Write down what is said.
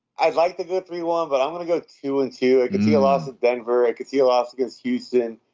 i'd like to go three, one, but i'm going to go two and two. i could see a loss of denver. i could see a loss against houston.